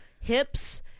hips